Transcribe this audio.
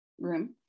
room